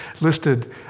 listed